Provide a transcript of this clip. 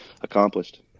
accomplished